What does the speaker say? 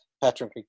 patrick